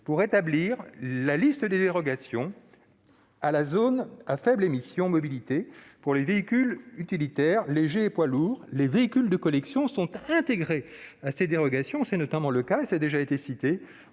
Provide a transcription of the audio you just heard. pour établir la liste des dérogations à la zone à faibles émissions mobilité pour les véhicules utilitaires légers et les poids lourds. Les véhicules de collection sont compris dans ces dérogations. C'est notamment le cas pour Grenoble-Alpes